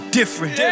different